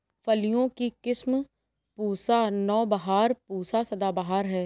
फलियों की किस्म पूसा नौबहार, पूसा सदाबहार है